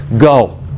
go